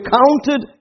counted